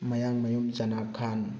ꯃꯌꯥꯡꯃꯌꯨꯝ ꯖꯅꯥ ꯈꯥꯟ